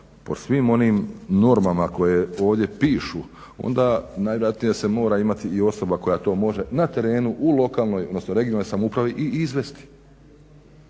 po svim onim normama koje ovdje pišu, onda najvjerojatnije da se mora imati i osoba koja to može na terenu u lokalnoj, odnosno regionalnoj samoupravi i izvesti.